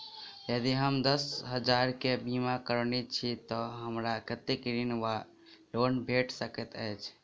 यदि हम दस हजार केँ बीमा करौने छीयै तऽ हमरा कत्तेक ऋण वा लोन भेट सकैत अछि?